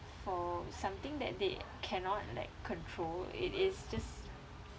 for something that they cannot like control it is just